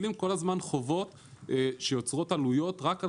כל הזמן מטילים חובות שיוצרות עלויות רק על